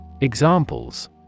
Examples